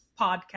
podcast